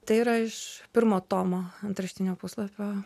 tai yra iš pirmo tomo antraštinio puslapio